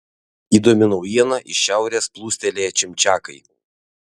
įdomi naujiena iš šiaurės plūstelėję čimčiakai